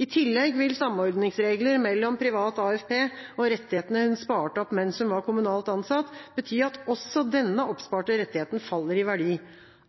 I tillegg vil samordningsregler mellom privat AFP og rettighetene hun sparte opp mens hun var kommunalt ansatt, bety at også denne oppsparte rettigheten faller i verdi.